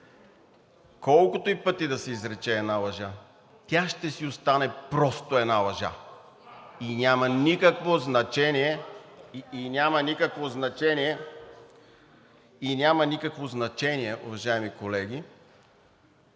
„Колкото и пъти да се изрече една лъжа, тя ще си остане просто една лъжа и няма никакво значение, и няма